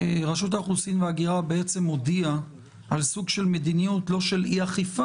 לגבי זה שהוא עד 8 שנים זה באמת לא בסדר שלא הגישו בקשה